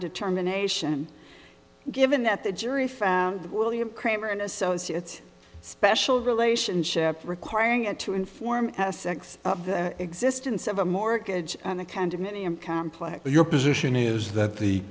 determination given that the jury found william kramer and associates special relationship requiring a to inform sex of the existence of a mortgage on the condominium complex your position is that the